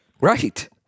Right